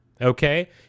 okay